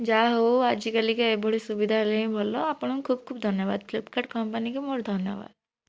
ଯା ହଉ ଆଜିକାଲିକା ଏଭଳି ସୁବିଧା ହେଲେ ହିଁ ଭଲ ଆପଣଙ୍କୁ ଖୁବ ଧନ୍ୟବାଦ ଫ୍ଲିପକାର୍ଡ଼ କମ୍ପାନୀକି ମୋର ଧନ୍ୟବାଦ